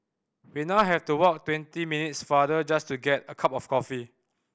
we now have to walk twenty minutes farther just to get a cup of coffee